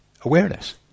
awareness